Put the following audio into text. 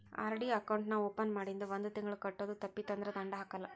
RD account ನಾ open ಮಾಡಿಂದ ಒಂದ್ ತಿಂಗಳ ಕಟ್ಟೋದು ತಪ್ಪಿತಂದ್ರ ದಂಡಾ ಹಾಕಲ್ಲ